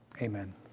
Amen